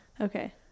Okay